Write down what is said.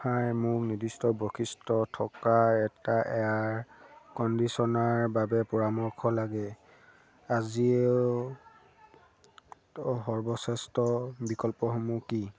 হাই মোক নিৰ্দিষ্ট বৈশিষ্ট্য থকা এটা এয়াৰ কণ্ডিছনাৰৰ বাবে পৰামৰ্শ লাগে আজিঅ'ত সৰ্বশ্ৰেষ্ঠ বিকল্পসমূহ কি